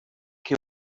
que